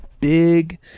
big